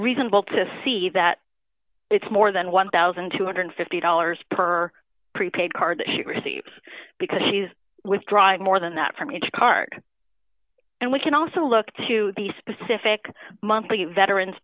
reasonable to see that it's more than one thousand two hundred and fifty dollars per prepaid card she received because she's withdrawing more than that from each card and we can also look to the specific monthly veteran